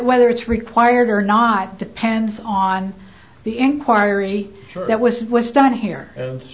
whether it's required or not depends on the inquiry that was was done here